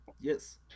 Yes